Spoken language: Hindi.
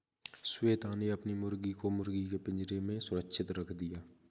श्वेता ने अपनी मुर्गी को मुर्गी के पिंजरे में सुरक्षित रख दिया